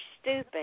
stupid